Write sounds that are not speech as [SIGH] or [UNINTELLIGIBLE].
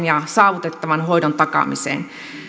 [UNINTELLIGIBLE] ja saavutettavan hoidon takaamiseen